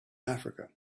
africa